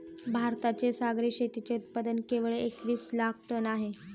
भारताचे सागरी शेतीचे उत्पादन केवळ एकवीस लाख टन आहे